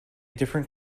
different